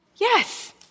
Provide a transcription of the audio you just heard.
Yes